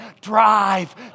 drive